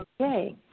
Okay